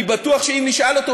אני בטוח שאם נשאל אותו,